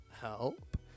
help